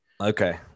Okay